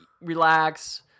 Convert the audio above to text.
relax